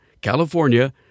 California